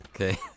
Okay